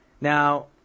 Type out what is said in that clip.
Now